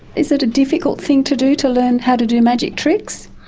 is it a difficult thing to do, to learn how to do magic tricks?